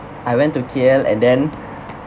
I went to K_L and then